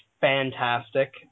fantastic